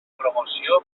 promoció